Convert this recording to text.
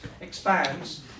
expands